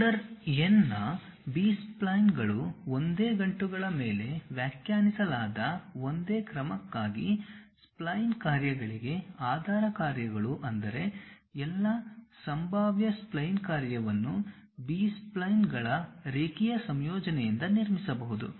order n ನ B ಸ್ಪ್ಲೈನ್ಗಳು ಒಂದೇ ಗಂಟುಗಳ ಮೇಲೆ ವ್ಯಾಖ್ಯಾನಿಸಲಾದ ಒಂದೇ ಕ್ರಮಕ್ಕಾಗಿ ಸ್ಪ್ಲೈನ್ ಕಾರ್ಯಗಳಿಗೆ ಆಧಾರ ಕಾರ್ಯಗಳು ಅಂದರೆ ಎಲ್ಲಾ ಸಂಭಾವ್ಯ ಸ್ಪ್ಲೈನ್ ಕಾರ್ಯವನ್ನು ಬಿ ಸ್ಪ್ಲೈನ್ಗಳ ರೇಖೀಯ ಸಂಯೋಜನೆಯಿಂದ ನಿರ್ಮಿಸಬಹುದು